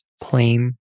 plain